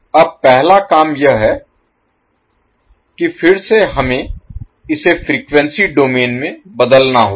अब पहला काम यह है कि फिर से हमें इसे फ़्रीक्वेंसी डोमेन में बदलना होगा